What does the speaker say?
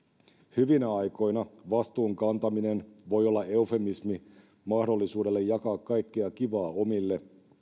hyvinä aikoina vastuun kantaminen voi olla eufemismi mahdollisuudelle jakaa kaikkea kivaa omille